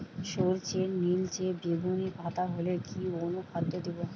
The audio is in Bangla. সরর্ষের নিলচে বেগুনি পাতা হলে কি অনুখাদ্য দেবো?